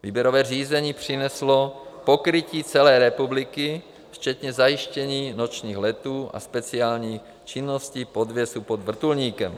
Výběrové řízení přineslo pokrytí celé republiky včetně zajištění nočních letů a speciální činnosti, podvěsu pod vrtulníkem.